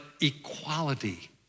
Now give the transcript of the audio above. equality